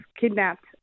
kidnapped